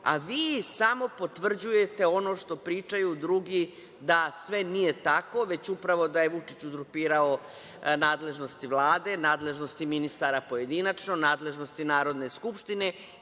a vi samo potvrđujete ono što pričaju drugi da sve nije tako, već da je upravo Vučić uzurpirao nadležnosti Vlade, nadležnosti ministara pojedinačno, nadležnosti Narodne skupštine